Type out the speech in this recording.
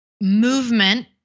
movement